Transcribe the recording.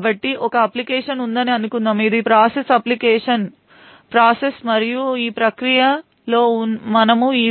కాబట్టి ఒక అప్లికేషన్ ఉందని అనుకుందాం ఇది ప్రాసెస్ అప్లికేషన్ ప్రాసెస్ మరియు ఈ ప్రక్రియలో మనము ఈ